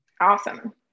Awesome